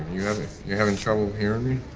you having you having trouble hearing me?